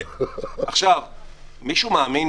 למה?